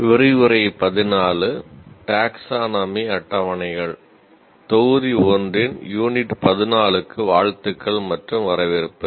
தொகுதி 1 ன் யூனிட் 14 க்கு வாழ்த்துக்கள் மற்றும் வரவேற்பு